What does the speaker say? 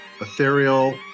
Ethereal